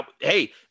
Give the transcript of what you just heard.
hey